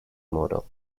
model